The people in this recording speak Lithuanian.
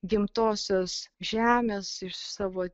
gimtosios žemės iš savo